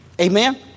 Amen